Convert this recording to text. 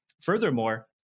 furthermore